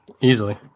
easily